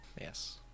Yes